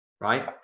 right